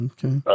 Okay